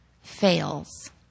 fails